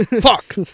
Fuck